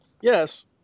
Yes